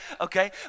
okay